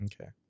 Okay